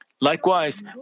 Likewise